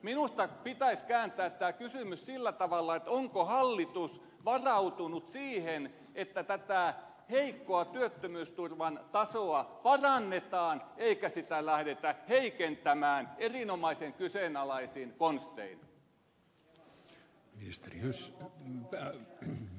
minusta pitäisi kääntää tämä kysymys sillä tavalla onko hallitus varautunut siihen että tätä heikkoa työttömyysturvan tasoa parannetaan eikä sitä lähdetä heikentämään erinomaisen kyseenalaisin konstein